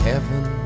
Heaven